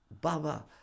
Baba